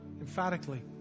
emphatically